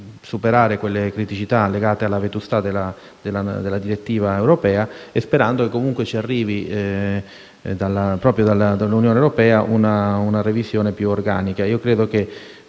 superare le criticità legate alla vetustà della direttiva europea. Speriamo che ci arrivi proprio dall'Unione europea una revisione più organica. Credo che